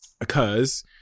occurs